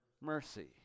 mercy